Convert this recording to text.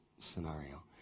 scenario